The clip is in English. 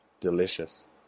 delicious